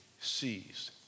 seized